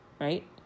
Right